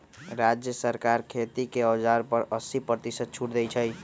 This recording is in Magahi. राज्य सरकार खेती के औजार पर अस्सी परतिशत छुट देई छई